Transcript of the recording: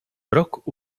rok